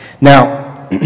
Now